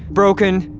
broken,